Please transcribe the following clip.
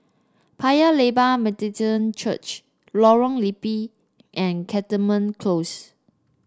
Paya Lebar Methodist Church Lorong Liput and Cantonment Close